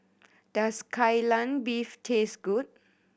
does Kai Lan Beef taste good